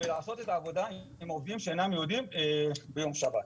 ולעשות את העבודה עם עובדים שאינם יהודים ביום שבת.